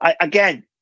again